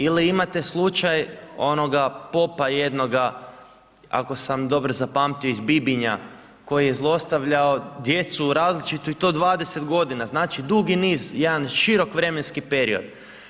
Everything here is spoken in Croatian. Ili imate slučaj onoga popa jednoga, ako sam dobro zapamtio iz Bibinja koji je zlostavljao djecu različitu i to 20 godina, znači dugi niz, jedan širok vremenski period.